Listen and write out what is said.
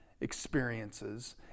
experiences